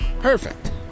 Perfect